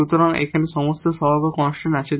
সুতরাং এখানে সমস্ত কোইফিসিয়েন্ট কনস্ট্যান্ট আছে